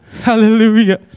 Hallelujah